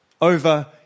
over